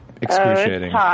excruciating